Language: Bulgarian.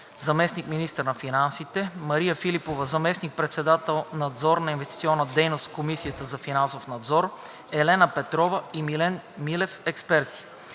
заместник-министър на финансите, Мария Филипова – заместник председател „Надзор на инвестиционната дейност“ в Комисията за финансов надзор, Елена Петрова и Милен Милев – експерти.